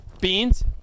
Beans